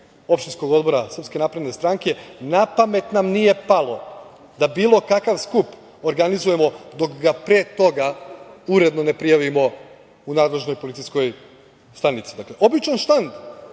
opštinskog odbora Srpske napredne stranke, na pamet nam nije palo da bilo kakav skup organizujemo dok ga pre toga uredno ne prijavimo u nadležnoj policijskoj stanici. Dakle, običan štand,